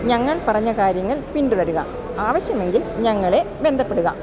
ഞങ്ങൾ പറഞ്ഞ കാര്യങ്ങൾ പിന്തുടരുക ആവശ്യമെങ്കിൽ ഞങ്ങളെ ബന്ധപ്പെടുക